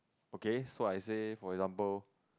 okay so I say for example